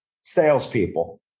salespeople